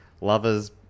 lovers